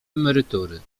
emerytury